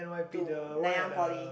to Nanyang Poly